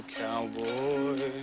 cowboy